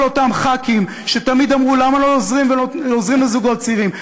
כל אותם ח"כים שתמיד אמרו: למה לא עוזרים לזוגות צעירים?